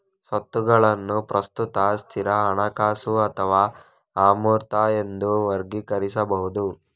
ಸ್ವತ್ತುಗಳನ್ನು ಪ್ರಸ್ತುತ, ಸ್ಥಿರ, ಹಣಕಾಸು ಅಥವಾ ಅಮೂರ್ತ ಎಂದು ವರ್ಗೀಕರಿಸಬಹುದು